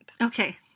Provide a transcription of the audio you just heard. Okay